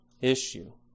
issue